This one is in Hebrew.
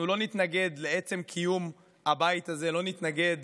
אנחנו לא נתנגד לעצם קיום הבית הזה, לא נתנגד